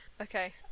okay